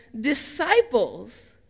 disciples